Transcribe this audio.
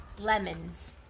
lemons